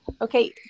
Okay